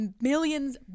millions